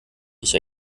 ich